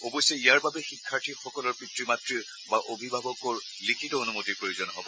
অৱশ্যে ইয়াৰ বাবে শিক্ষাৰ্থীসকলৰ পিতৃ মাতৃ বা অভিভাৱকৰ লিখিত অনুমতিৰ প্ৰয়োজন হ'ব